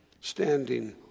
standing